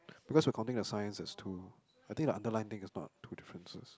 because we're counting the science as two I think the underline thing is not two differences